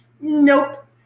nope